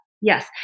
Yes